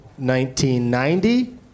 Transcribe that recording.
1990